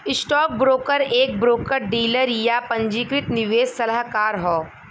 stockbroker एक broker dealer, या पंजीकृत निवेश सलाहकार हौ